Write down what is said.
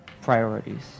priorities